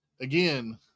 again